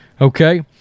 Okay